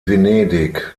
venedig